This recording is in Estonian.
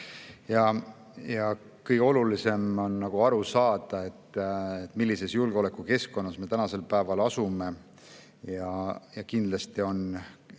Kõige olulisem on aru saada, millises julgeolekukeskkonnas me tänasel päeval asume. Kindlasti on